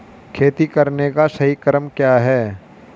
खेती करने का सही क्रम क्या है?